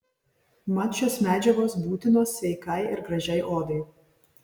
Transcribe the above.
mat šios medžiagos būtinos sveikai ir gražiai odai